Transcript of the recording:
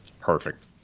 Perfect